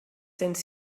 cents